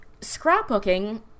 scrapbooking